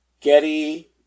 Getty